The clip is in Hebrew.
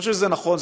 אני חושב שזה נכון.